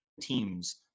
teams